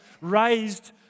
raised